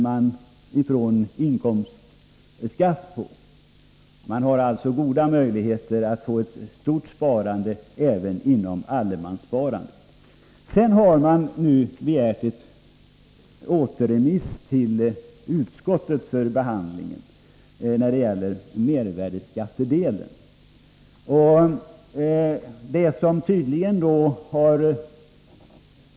Man har alltså goda möjligheter att få till stånd ett stort sparande även inom allemanssparandet. Det har begärts återremiss av ärendet till utskottet för behandling när det gäller omsättningsskattedelen.